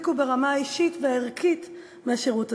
יפיקו ברמה האישית והערכית מהשירות הזה.